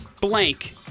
blank